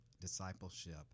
discipleship